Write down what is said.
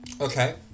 Okay